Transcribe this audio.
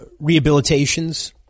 rehabilitations